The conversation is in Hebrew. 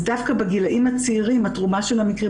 אז דווקא בגילאים הצעירים התרומה של המקרים